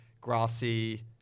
grassy